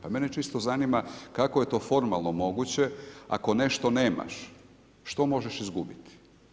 Pa mene čisto zanima kako je to formalno moguće ako nešto nemaš, što možeš izgubiti?